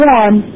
one